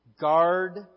Guard